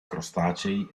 crostacei